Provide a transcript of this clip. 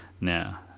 Now